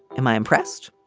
am i impressed.